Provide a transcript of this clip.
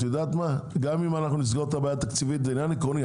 גם אם נסגור את הבעיה התקציבית זה עניין עקרוני.